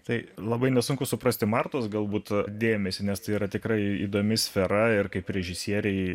tai labai nesunku suprasti martos galbūt dėmesį nes tai yra tikrai įdomi sfera ir kaip režisierei